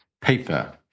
paper